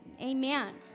Amen